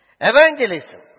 Evangelism